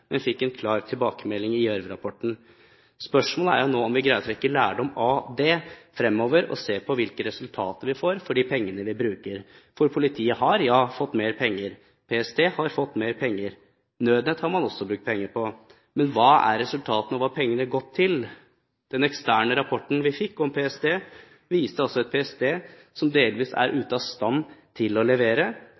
men vi fikk en klar tilbakemelding i Gjørv-rapporten. Spørsmålet er nå om vi klarer å trekke lærdom av det fremover og se på hvilke resultater vi får for de pengene vi bruker. Politiet har fått mer penger, PST har fått mer penger, og nødnett har man også brukt penger på. Men hva er resultatene av det pengene har gått til? Den eksterne rapporten vi fikk om PST, viste også et PST som delvis er ute av stand til å levere,